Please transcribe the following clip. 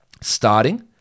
starting